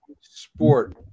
sport